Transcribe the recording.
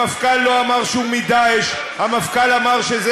המפכ"ל לא אמר שהוא מ"דאעש"; המפכ"ל אמר שזה